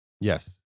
Yes